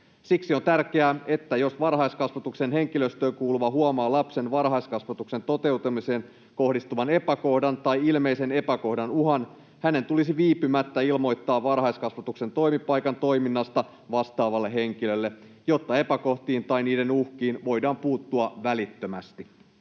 Siksi on tärkeää, että jos varhaiskasvatuksen henkilöstöön kuuluva huomaa lapsen varhaiskasvatuksen toteutumiseen kohdistuvan epäkohdan tai ilmeisen epäkohdan uhan, hänen tulisi viipymättä ilmoittaa varhaiskasvatuksen toimipaikan toiminnasta vastaavalle henkilölle, jotta epäkohtiin tai niiden uhkiin voidaan puuttua välittömästi.